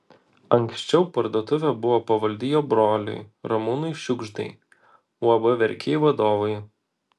anksčiau parduotuvė buvo pavaldi jo broliui ramūnui šiugždai uab verkiai vadovui